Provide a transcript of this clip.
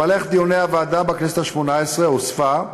בדיוני הוועדה בכנסת השמונה-עשרה הוספה,